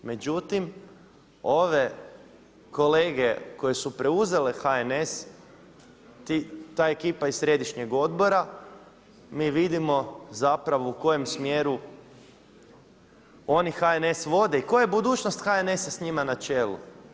Međutim, ove kolege koje su preuzele HNS, ta ekipa iz središnjeg odbora, mi vidimo zapravo u kojem smjeru oni HNS vode i koja je budućnost HNS-a s njima na čelu.